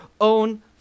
own